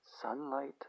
Sunlight